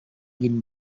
gin